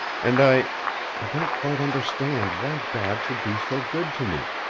and i i don't quite understand why god should be so good to me.